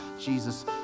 Jesus